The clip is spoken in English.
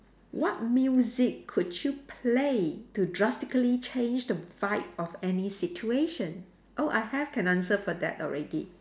what music could you play to drastically change the vibe of any situation oh I have an answer for that already